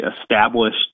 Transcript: established